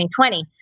2020